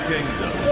Kingdom